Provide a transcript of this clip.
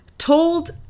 told